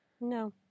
No